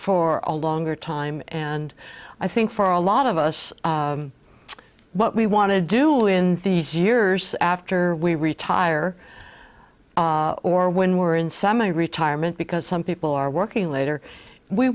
for a longer time and i think for a lot of us what we want to do in these years after we retire or when we're in semi retirement because some people are working later we